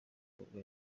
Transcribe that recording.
urwo